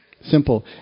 simple